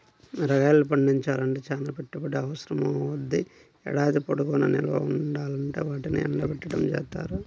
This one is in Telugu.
మిరగాయలు పండించాలంటే చానా పెట్టుబడి అవసరమవ్వుద్ది, ఏడాది పొడుగునా నిల్వ ఉండాలంటే వాటిని ఎండబెట్టడం జేత్తారు